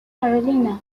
carolina